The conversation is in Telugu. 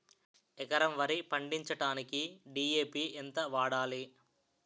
ఎకరం వరి పండించటానికి డి.ఎ.పి ఎంత వాడాలి?